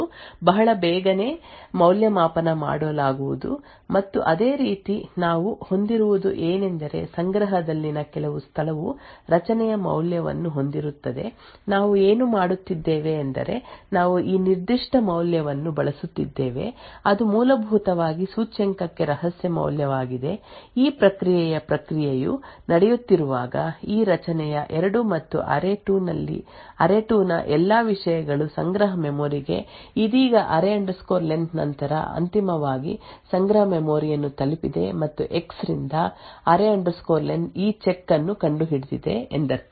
ಮತ್ತೊಂದೆಡೆ ಎಕ್ಸ್ ಇತರ ಘಟಕಗಳು ಸಂಗ್ರಹದಲ್ಲಿ ಇರುತ್ತವೆ ಮತ್ತು ನಾವು ಎಕ್ಸ್ ನ ಮೌಲ್ಯವನ್ನು ರಹಸ್ಯವನ್ನು ಒಳಗೊಂಡಿರುವ ಕೆಲವು ಸ್ಥಳದೊಂದಿಗೆ ತುಂಬುತ್ತೇವೆ ಆದ್ದರಿಂದ ರಹಸ್ಯವು ಸಂಗ್ರಹದಲ್ಲಿ ಇರುವುದರಿಂದ ಸೂಚ್ಯಂಕ ಶ್ರೇಣಿಯನ್ನುx ಐ ಸಮನಾದ ಸರಣಿx ಮಾಡಬಹುದು ಬಹಳ ಬೇಗನೆ ಮೌಲ್ಯಮಾಪನ ಮಾಡಲಾಗುವುದು ಮತ್ತು ಅದೇ ರೀತಿ ನಾವು ಹೊಂದಿರುವುದು ಏನೆಂದರೆ ಸಂಗ್ರಹದಲ್ಲಿನ ಕೆಲವು ಸ್ಥಳವು ರಚನೆಯ ಮೌಲ್ಯವನ್ನು ಹೊಂದಿರುತ್ತದೆx ನಾವು ಏನು ಮಾಡುತ್ತಿದ್ದೇವೆ ಎಂದರೆ ನಾವು ಈ ನಿರ್ದಿಷ್ಟ ಮೌಲ್ಯವನ್ನು ಬಳಸುತ್ತಿದ್ದೇವೆ ಅದು ಮೂಲಭೂತವಾಗಿ ಸೂಚ್ಯಂಕಕ್ಕೆ ರಹಸ್ಯ ಮೌಲ್ಯವಾಗಿದೆ ಈ ಪ್ರಕ್ರಿಯೆಯ ಪ್ರಕ್ರಿಯೆಯು ನಡೆಯುತ್ತಿರುವಾಗ ಈ ರಚನೆಯ 2 ಮತ್ತು ಅರೇ2 ನ ಎಲ್ಲಾ ವಿಷಯಗಳು ಸಂಗ್ರಹ ಮೆಮೊರಿ ಗೆ ಇದೀಗ ಅರೇ ಲೆನ್ array len ನಂತರ ಅಂತಿಮವಾಗಿ ಸಂಗ್ರಹ ಮೆಮೊರಿಯನ್ನು ತಲುಪಿದೆ ಮತ್ತು ಎಕ್ಸ್ ರಿಂದ ಅರೇ ಲೆನ್ array len ಈ ಚೆಕ್ ಅನ್ನು ಕಂಡುಹಿಡಿದಿದೆ ಎಂದರ್ಥ